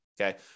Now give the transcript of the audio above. okay